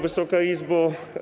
Wysoka Izbo!